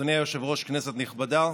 אדוני היושב-ראש, כנסת נכבדה,